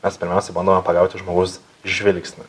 mes pirmiausia bandome pagauti žmogaus žvilgsnį